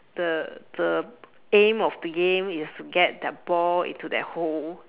the the aim of the game is to get that ball into that hole